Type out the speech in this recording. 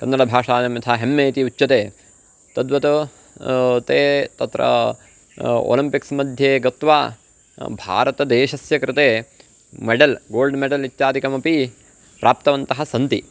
कन्नडभाषायां यथा हेम्मे इति उच्यते तद्वत् ते तत्र ओलिम्पिक्स् मध्ये गत्वा भारतदेशस्य कृते मेडल् गोल्ड् मेडल् इत्यादिकमपि प्राप्तवन्तः सन्ति